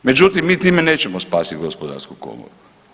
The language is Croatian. Međutim, mi time nećemo spasiti Gospodarsku komoru.